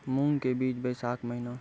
मूंग के बीज बैशाख महीना